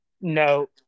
No